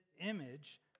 image